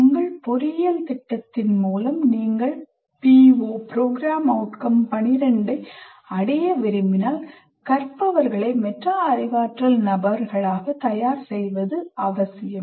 உங்கள் பொறியியல் திட்டத்தின் மூலம் நீங்கள் PO 12 ஐ அடைய விரும்பினால் கற்றவர்களை மெட்டா அறிவாற்றல் நபர்களாக தயார் செய்வது அவசியம்